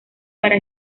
para